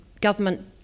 government